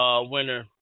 winner